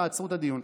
תעצרו את הדיון.